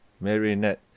Marionette